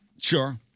Sure